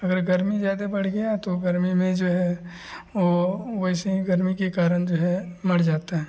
अगर गर्मी ज़्यादा बढ़ गई तो गर्मी में जो है वह वैसे ही गर्मी के कारण जो है मर जाते हैं